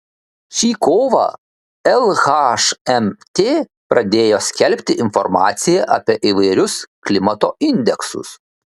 šį kovą lhmt pradėjo skelbti informaciją apie įvairius klimato indeksus